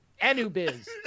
Anubis